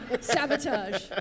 Sabotage